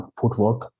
footwork